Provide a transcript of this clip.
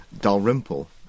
Dalrymple